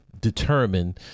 determine